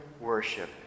worship